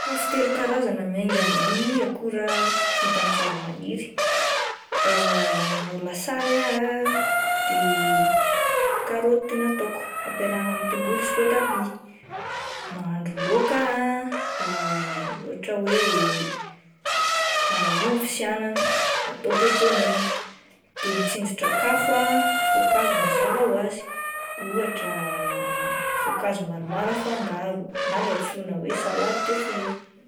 Sakafo telo karazana miainga amin'ny akora vita avy amin'ny zavamaniry, raha manao lasary aho ah de karoty ny ataoko ampiarahana amin'ny tongolo sy voatabia, mahandro laoka ah ohatra hoe ovy sy anana de atao be be menaka, de ny tsindrin-tsakafo ah voankazo mazava hoazy ohatra voankazo maromaro afangaro na ilay antsoina hoe salady de fruit.